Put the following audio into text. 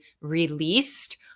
released